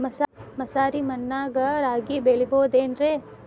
ಮಸಾರಿ ಮಣ್ಣಾಗ ರಾಗಿ ಬೆಳಿಬೊದೇನ್ರೇ?